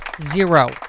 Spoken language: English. zero